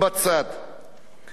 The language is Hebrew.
גברתי היושבת-ראש,